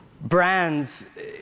Brands